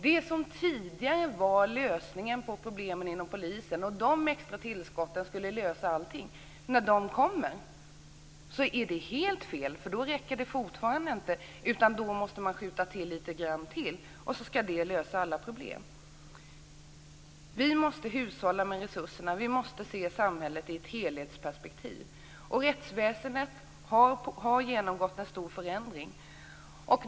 Det som tidigare var lösningen på problemen inom polisen är nu, när det kommer, helt fel. Tidigare sade dessa partier att extra tillskott skulle lösa allting. Nu räcker inte det, utan man måste skjuta till ytterligare medel och det skall lösa alla problem. Vi måste hushålla med resurserna. Vi måste se samhället i ett helhetsperspektiv. Rättsväsendet har genomgått en stor förändring.